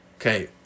Okay